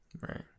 Right